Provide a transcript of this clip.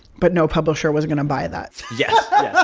but no publisher was going to buy that yeah